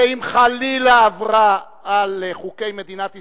ואם חלילה, היא עברה על חוקי מדינת ישראל,